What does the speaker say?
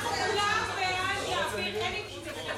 אנחנו כולם בעד להעביר לוועדה.